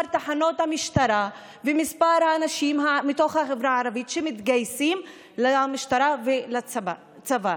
תחנות המשטרה ומספר האנשים מהחברה הערבית שמתגייסים למשטרה ולצבא.